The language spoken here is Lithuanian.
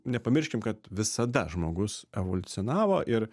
nepamirškim kad visada žmogus evoliucionavo ir